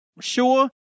sure